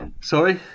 Sorry